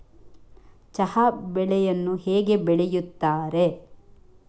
ಚಹಾ ಬೆಳೆಯನ್ನು ಹೇಗೆ ಬೆಳೆಯುತ್ತಾರೆ?